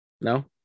No